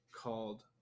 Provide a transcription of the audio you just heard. Called